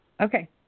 Okay